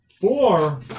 Four